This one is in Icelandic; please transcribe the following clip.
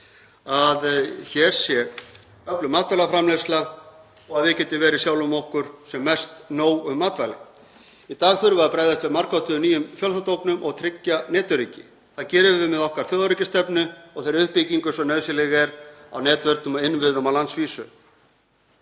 hér sé öflug matvælaframleiðsla og að við getum verið sjálfum okkur sem mest nóg um matvæli. Í dag þurfum við að bregðast við margháttuðum nýjum fjölþáttaógnum og tryggja netöryggi. Það gerum við með okkar þjóðaröryggisstefnu og þeirri uppbyggingu sem nauðsynleg er á netvörnum og innviðum á landsvísu.